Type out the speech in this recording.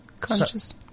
Conscious